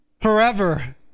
Forever